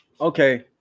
okay